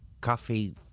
coffee